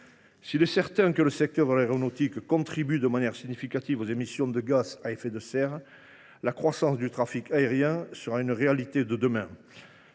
S’il est certain que le secteur aéronautique contribue de manière significative aux émissions de gaz à effet de serre, la croissance du trafic aérien sera une réalité de demain.